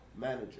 manager